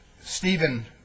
Stephen